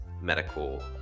medical